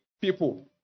people